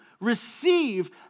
receive